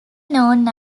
known